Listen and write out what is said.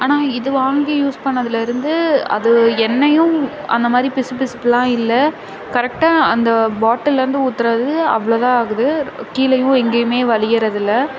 ஆனால் இது வாங்கி யூஸ் பண்ணதுலேருந்து அது எண்ணெயும் அந்தமாதிரி பிசு பிசுப்புலாம் இல்லை கரெக்டாக அந்த பாட்டில்லேருந்து ஊற்றுறது அவ்வளோ தான் ஆகுது கீழேயும் எங்கேயுமே வலியுறது இல்லை